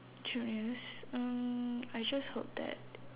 juniors um I just hope that